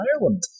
Ireland